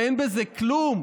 ואין בזה כלום,